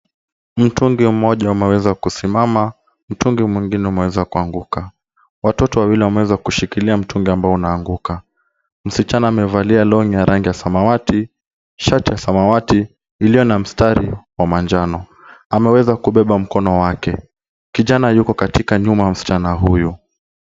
Mtungi mmoja umeweza kusimama, mtungi mwingine umeweza kuanguka. Watoto wawili wameweza kushikilia mtungi ambao unaanguka. Msichana amevalia long'i ya rangi ya samawati, shati ya samawati iliyo na mstari wa manjano. Ameweza kubeba mkono wake. Kijana yuko katika nyuma ya msichana huyu.